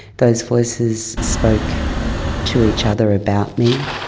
those voices spoke to each other about me,